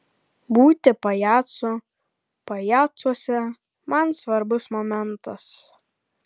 būti pajacu pajacuose man svarbus momentas